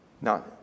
Now